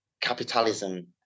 capitalism